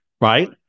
Right